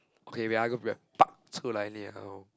okay wait ah I go grab 拔出来 liao